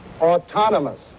autonomous